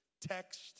text